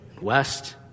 west